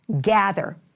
gather